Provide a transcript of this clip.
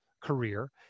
career